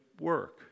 work